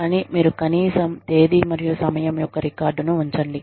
కానీ మీరు కనీసం తేదీ మరియు సమయం యొక్క రికార్డు ను ఉంచండి